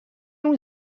اون